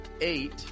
eight